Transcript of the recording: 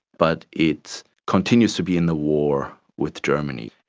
but it continues to be in the war with germany.